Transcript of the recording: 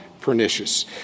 pernicious